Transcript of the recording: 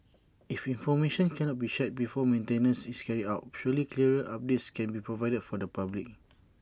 if information cannot be shared before maintenance is carried out surely clearer updates can be provided for the public